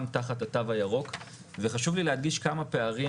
תחת התו הירוק וחשוב לי להגדיש כמה פערים.